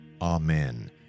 Amen